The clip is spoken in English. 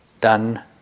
done